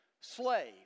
slave